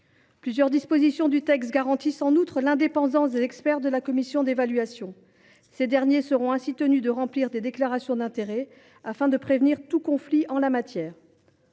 Plusieurs dispositions du texte garantissent en outre l’indépendance des experts de la commission d’évaluation, qui seront tenus de remplir des déclarations d’intérêts afin de prévenir tout conflit en la matière.